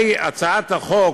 כלומר, בעלי הצעת החוק,